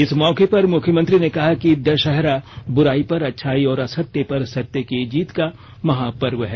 इस मौके पर मुख्यमंत्री ने कहा कि दशहरा बुराई पर अच्छाई और असत्य पर सत्य की जीत का महापर्व है